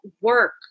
work